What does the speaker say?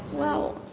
well,